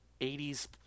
80s